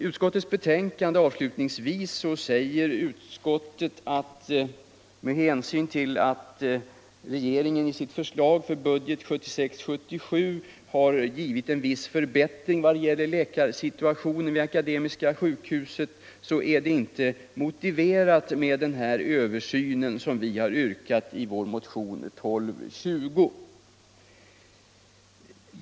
Utskottet säger i sitt betänkande att med hänsyn till att regeringen för budgetåret 1976/77 föreslagit en viss förbättring vad gäller läkarsidan vid Akademiska sjukhuset i Uppsala är det inte motiverat med den översyn som vi påyrkat i motionen 1220.